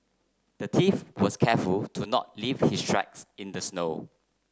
the thief was careful to not leave his tracks in the snow